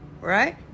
right